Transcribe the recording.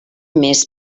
més